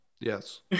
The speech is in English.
Yes